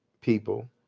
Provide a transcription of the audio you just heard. people